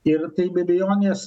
ir tai be beabejonės